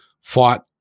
fought